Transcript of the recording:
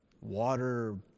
water